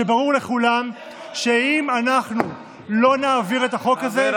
כשברור לכולם שאם אנחנו לא נעביר את החוק הזה,